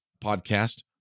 podcast